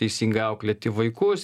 teisingai auklėti vaikus